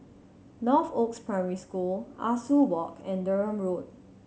Northoaks Primary School Ah Soo Walk and Durham Road